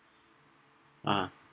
ah